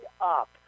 up